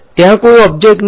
ત્યાં કોઈ ઓબ્જેક્ટ નથી